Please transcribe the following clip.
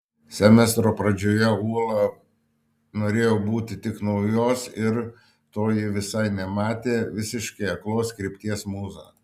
semestro pradžioje ūla norėjo būti tik naujos ir to ji visai nematė visiškai aklos krypties mūza